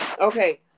Okay